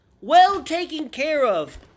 well-taken-care-of